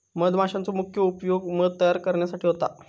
मधमाशांचो मुख्य उपयोग मध तयार करण्यासाठी होता